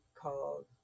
called